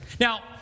Now